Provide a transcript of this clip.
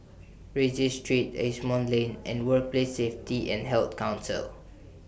Rienzi Street Asimont Lane and Workplace Safety and Health Council